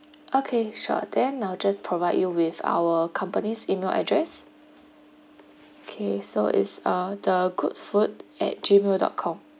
okay sure then now I'll just provide you with our companies email address okay so is uh the good food at gmail dot com